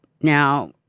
Now